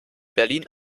berlin